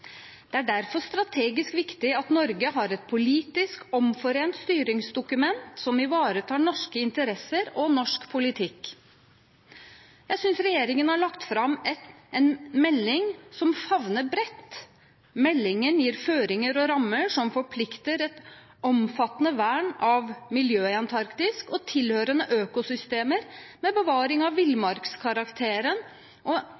Det er derfor strategisk viktig at Norge har et politisk omforent styringsdokument som ivaretar norske interesser og norsk politikk. Jeg synes regjeringen har lagt fram en melding som favner bredt. Meldingen gir føringer og rammer som forplikter til et omfattende vern av miljøet i Antarktis og tilhørende økosystemer med bevaring av villmarkskarakteren og